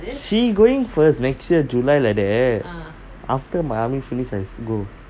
she going first next year july like that after my army finish I go